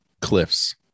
cliffs